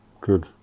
Good